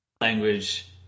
language